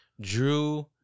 drew